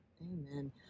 Amen